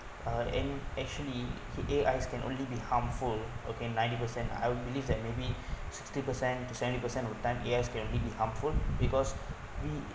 uh and actually A_I can only be harmful okay ninety percent I believe that maybe sixty percent to seventy percent of time A_I can only be harmful because we